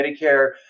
medicare